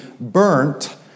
burnt